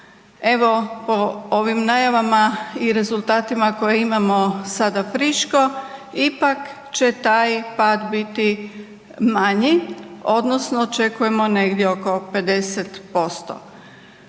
Evo, po ovim najavama i rezultatima koje imamo sada friško, ipak će taj pad biti manji, odnosno očekujemo negdje oko 50%.